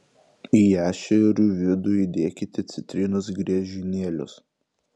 į ešerių vidų įdėkite citrinos griežinėlius